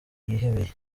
yihebeye